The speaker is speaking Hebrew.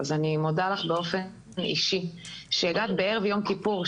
אני מודה לך באופן אישי שהגעת בערב יום כיפור,